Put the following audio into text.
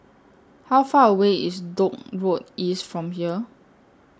How Far away IS Dock Road East from here